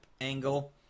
angle